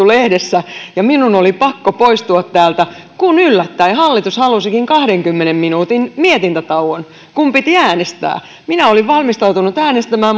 lehdessä ja minun oli pakko poistua täältä kun yllättäen hallitus halusikin kahdenkymmenen minuutin mietintätauon kun piti äänestää minä olin valmistautunut äänestämään